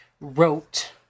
wrote